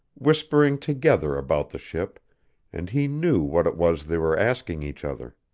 whispering together about the ship and he knew what it was they were asking each other.